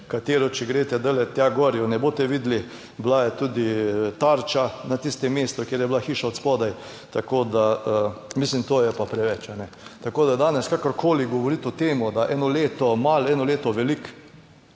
katero, če greste, da tja gor, je ne boste videli. Bila je tudi Tarča na tistem mestu, kjer je bila hiša od spodaj, tako, da mislim to je pa preveč. Tako, da danes kakorkoli govoriti o tem, da eno leto malo, eno leto veliko